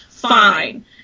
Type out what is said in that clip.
fine